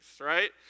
right